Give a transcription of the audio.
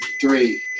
three